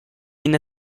ina